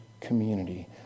community